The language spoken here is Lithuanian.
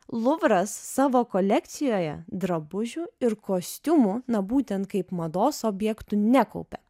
luvras savo kolekcijoje drabužių ir kostiumų na būtent kaip mados objektų nekaupia